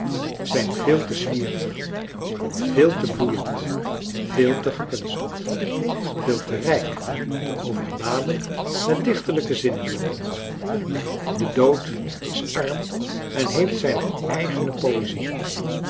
zijn veel te zwierig veel te bloeiend veel te gekunsteld veel te rijk te overladen met dichterlijke zinnebeelden de dood is arm en heeft zijne eigene poëzie